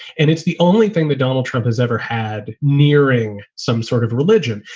and it's the only thing that donald trump has ever had. nearing some sort of religion.